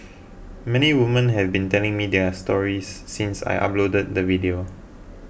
many women have been telling me their stories since I uploaded the video